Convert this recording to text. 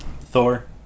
Thor